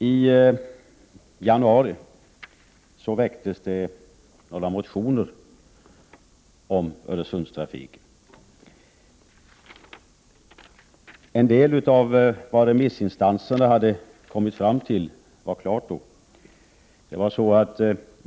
I januari väcktes några motioner om Öresundstrafiken. En del av det remissinstanserna hade 105 kommit fram till var klart då.